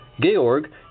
Georg